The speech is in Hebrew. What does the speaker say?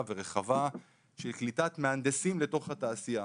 ורחבה של קליטת מהנדסים לתוך התעשייה,